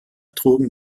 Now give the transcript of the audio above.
trugen